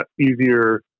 easier